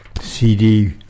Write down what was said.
cd